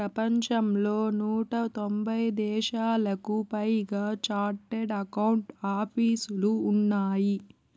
ప్రపంచంలో నూట తొంభై దేశాలకు పైగా చార్టెడ్ అకౌంట్ ఆపీసులు ఉన్నాయి